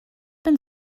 been